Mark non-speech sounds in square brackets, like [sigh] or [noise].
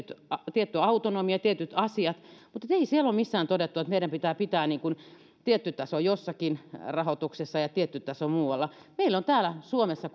tietty autonomia ja tietyt asiat mutta ei siellä ole missään todettu että meidän pitää pitää niin kuin tietty taso jossakin rahoituksessa ja tietty taso muualla meillä ovat täällä suomessa [unintelligible]